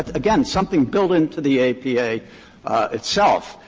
ah again, something built into the apa itself.